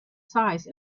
size